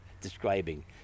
describing